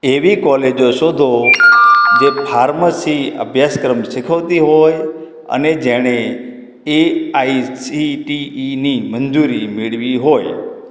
એવી કોલેજો શોધો જે ફાર્મસી અભ્યાસક્રમ શીખવતી હોય અને જેણે એ આઇ સી ટી ઇની મંજૂરી મેળવી હોય